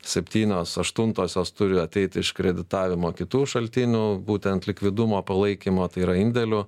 septynios aštuntosios turi ateit iš kreditavimo kitų šaltinių būtent likvidumo palaikymo tai yra indėlių